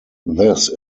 this